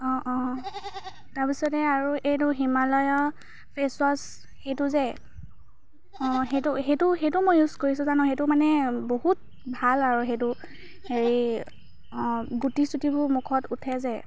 অঁ অঁ তাৰপিছতে আৰু এইটো হিমালয়া ফেচৱাশ্ব সেইটো যে অঁ সেইটো সেইটো সেইটো মই ইউজ কৰিছোঁ জান সেইটো মানে বহুত ভাল আৰু সেইটো হেৰি অঁ হেৰি গুটি চুটিবোৰ মুখত উঠে যে